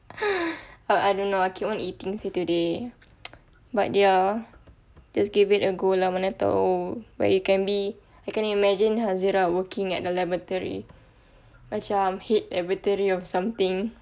ah I don't know I keep on eating seh today but ya just gave it a go lah no matter where you can be I can imagine hazirah working at the laboratory macam hit a victory of something